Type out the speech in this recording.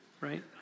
Right